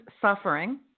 suffering